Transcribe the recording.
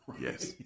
Yes